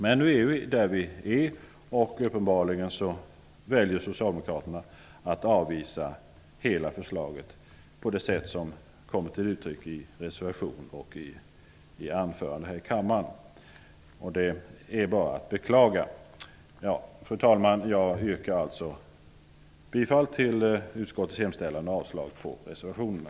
Men nu är vi där vi är. Uppenbarligen väljer socialdemokraterna att avvisa hela förslaget på det sätt som kommit till uttryck i reservationen och i anförandena här i kammaren. Det är bara att beklaga. Fru talman! Jag yrkar än en gång bifall till utskottets hemställan och avslag på reservationerna.